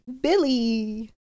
billy